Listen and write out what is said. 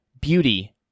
beauty